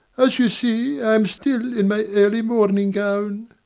as you see, i am still in my early-morning gown.